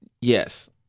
Yes